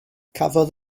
cafodd